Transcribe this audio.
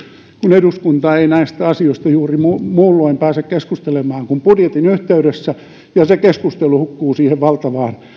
kun eduskunta ei näistä asioista juuri muulloin pääse keskustelemaan kuin budjetin yhteydessä ja se keskustelu hukkuu siihen valtavaan